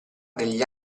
degli